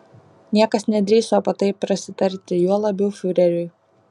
niekas nedrįso apie tai prasitarti juo labiau fiureriui